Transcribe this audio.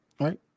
Right